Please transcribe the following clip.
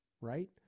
right